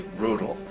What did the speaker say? brutal